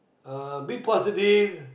uh be positive